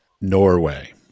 Norway